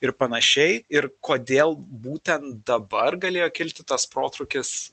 ir panašiai ir kodėl būtent dabar galėjo kilti tas protrūkis